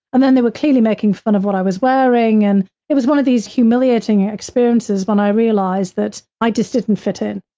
and then they were clearly making fun of what i was wearing. and it was one of these humiliating experiences when i realize that i just didn't fit in.